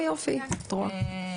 מצוין.